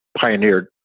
pioneered